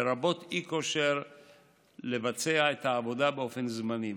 לרבות אי-כושר לבצע את העבודה באופן זמני,